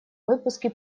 выпуске